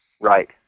Right